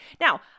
now